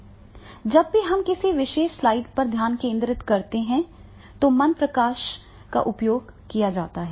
जब भी हम किसी विशेष स्लाइड पर ध्यान केंद्रित करते हैं तो मंद प्रकाश का उपयोग किया जाता है